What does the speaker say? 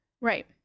Right